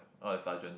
all the sergeant